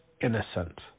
innocent